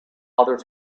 others